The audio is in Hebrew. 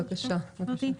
בבקשה.